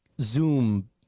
Zoom